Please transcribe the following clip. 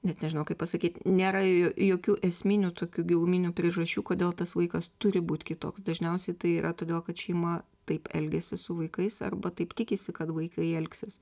net nežinau kaip pasakyt nėra jokių esminių tokių giluminių priežasčių kodėl tas vaikas turi būt kitoks dažniausiai tai yra todėl kad šeima taip elgiasi su vaikais arba taip tikisi kad vaikai elgsis